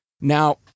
Now